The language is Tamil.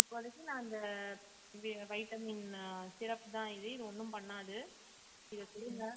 இப்போதைக்கு நான் அந்த வெ வைட்டமின் சிரப் தான் இது இது ஒன்றும் பண்ணாது இதை கொடுங்க